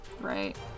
right